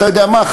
אתה יודע מה,